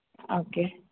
okay